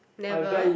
never